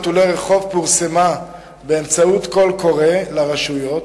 קול קורא לרשויות.